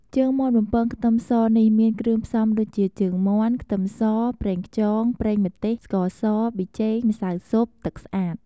ជើងមាន់បំពងខ្ទឹមសនេះ មានគ្រឿងផ្សំដូចជា ជើងមាន់ ខ្ទឹមស ប្រេងខ្យង ប្រេងម្ទេស ស្ករស ប៊ីចេង ម្សៅស៊ុប ទឹកស្អាត។